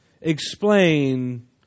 explain